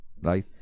right